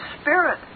spirit